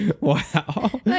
Wow